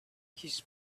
his